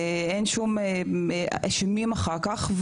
אין שום אשמים אחר כך,